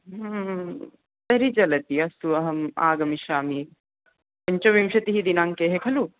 तर्हि चलति अस्तु अहम् आगमिष्यामि पञ्चविंशतिः दिनाङ्के खलु